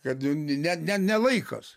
kad ne ne ne laikas